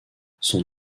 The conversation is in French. son